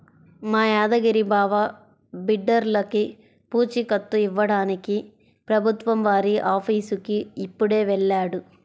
మా యాదగిరి బావ బిడ్డర్లకి పూచీకత్తు ఇవ్వడానికి ప్రభుత్వం వారి ఆఫీసుకి ఇప్పుడే వెళ్ళాడు